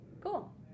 Cool